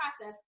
process